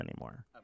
anymore